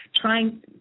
trying